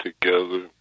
together